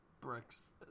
bricks